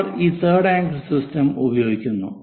അവർ ഈ third angle system ഉപയോഗിക്കുന്നു